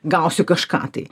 gausiu kažką tai